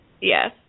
Yes